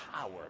power